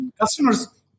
Customers